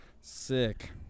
Sick